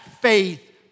faith